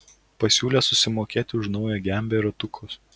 pasiūlė susimokėti už naują gembę ir ratukus